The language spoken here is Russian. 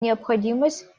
необходимость